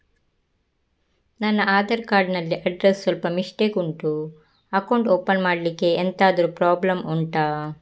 ನನ್ನ ಆಧಾರ್ ಕಾರ್ಡ್ ಅಲ್ಲಿ ಅಡ್ರೆಸ್ ಸ್ವಲ್ಪ ಮಿಸ್ಟೇಕ್ ಉಂಟು ಅಕೌಂಟ್ ಓಪನ್ ಮಾಡ್ಲಿಕ್ಕೆ ಎಂತಾದ್ರು ಪ್ರಾಬ್ಲಮ್ ಉಂಟಾ